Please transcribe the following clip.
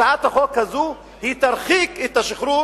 הצעת החוק הזאת תרחיק את השחרור